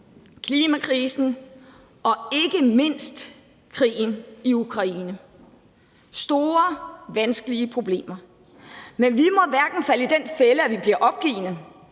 klimakrisen og ikke mindst krigen i Ukraine. Det er store vanskelige problemer, men vi må hverken falde i den fælde, at vi bliver opgivende,